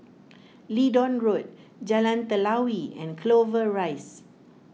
Leedon Road Jalan Telawi and Clover Rise